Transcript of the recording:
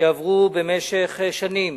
שעברו במשך שנים